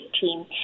team